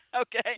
Okay